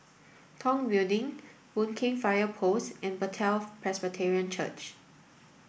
Tong Building Boon Keng Fire Post and Bethel Presbyterian Church